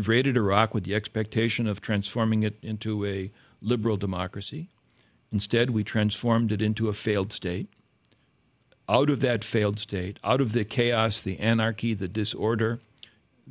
invaded iraq with the expectation of transforming it into a liberal democracy instead we transformed it into a failed state out of that failed state out of the chaos the anarky the disorder